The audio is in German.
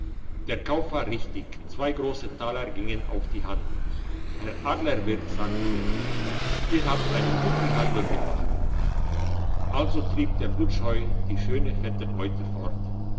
der kauf war richtig zwei grosse taler gingen auf die hand herr adlerwirt sagte der jud ihr habt einen guten handel gemacht also trieb der blutscheu die schöne fette beute fort